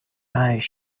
eyes